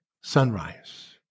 sunrise